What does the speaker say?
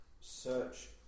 search